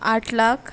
आठ लाख